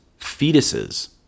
fetuses